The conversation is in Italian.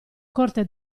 corte